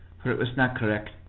for it was not correct.